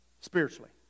spiritually